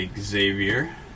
xavier